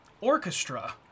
orchestra